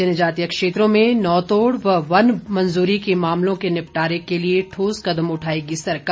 जनजातीय क्षेत्रों में नौतोड़ व वन मंजूरी के मामलों के निपटारे के लिए ठोस कदम उठाएगी सरकार